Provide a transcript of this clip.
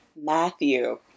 Matthew